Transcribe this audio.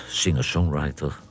singer-songwriter